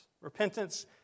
Repentance